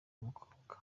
w’umukobwa